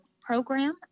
program